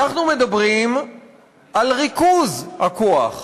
אנחנו מדברים על ריכוז הכוח,